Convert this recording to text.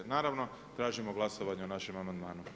Naravno tražimo glasovanje o našem amandmanu.